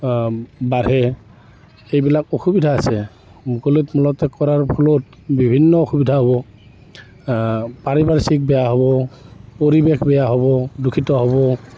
বাঢ়ে এইবিলাক অসুবিধা আছে মুকলিত মলত্যাগ কৰাৰ ফলত বিভিন্ন অসুবিধা হ'ব পাৰিপাৰ্শ্বিক বেয়া হ'ব পৰিৱেশ বেয়া হ'ব দুষিত হ'ব